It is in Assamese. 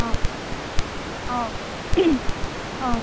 অ' অ' অ'